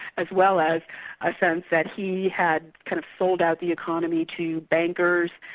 as well as a sense that he had kind of sold out the economy to bankers,